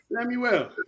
Samuel